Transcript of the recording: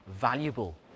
valuable